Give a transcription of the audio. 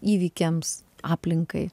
įvykiams aplinkai